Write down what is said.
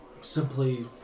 simply